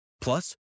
Plus